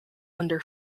under